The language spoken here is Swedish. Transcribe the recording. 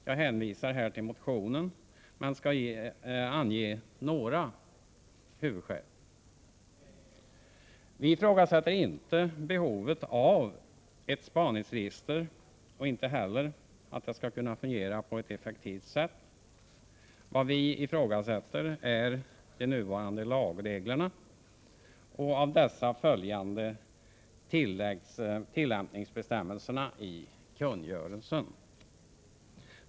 Jag hänvisar här till motionen men skall ange några huvudskäl. Vi ifrågasätter inte behovet av ett spaningsregister och inte heller att det skall kunna fungera på ett effektivt sätt. Vad vi ifrågasätter är de nuvarande lagreglerna och av dessa följande tillämpningsbestämmelserna i kungörelsen.